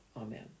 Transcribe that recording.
Amen